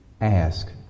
Ask